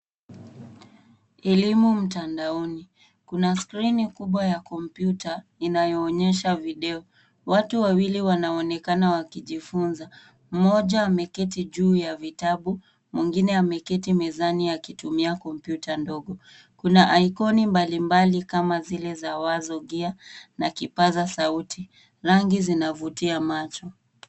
Elimu mtandaoni. Kuna skrini kubwa ya kompyuta inayoonyesha video. Watu wawili wanaonekana wakijifunza. Moja ameketi juu ya vitabu, mwengine ameketi mezani akitumia kompyuta ndogo. Kuna aikoni mbalimbali kama zile za wazo, gia na kipaza sauti. Rangi zinavutia macho.